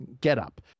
getup